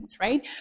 right